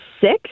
six